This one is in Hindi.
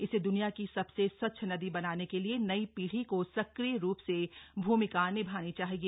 इसे द्वनिया की सबसे स्वच्छ नदी बनाने के लिए नई पीढ़ी को सक्रिय रूप से भूमिका निभानी चाहिए